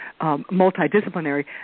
multidisciplinary